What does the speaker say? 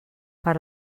per